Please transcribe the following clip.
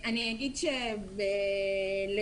אני